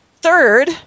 Third